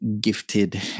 gifted